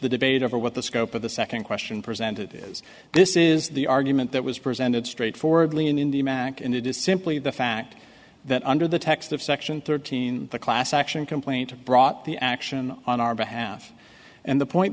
the debate over what the scope of the second question presented is this is the argument that was presented straightforwardly in indy mac and it is simply the fact that under the text of section thirteen the class action complaint brought the action on our behalf and the point